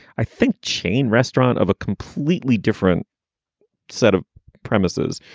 i think, chain restaurant of a completely different set of premises.